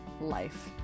life